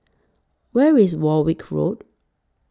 Where IS Warwick Road